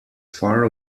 far